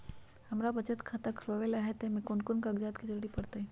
हमरा बचत खाता खुलावेला है त ए में कौन कौन कागजात के जरूरी परतई?